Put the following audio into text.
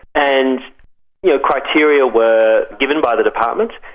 and yeah criteria were given by the department,